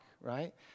right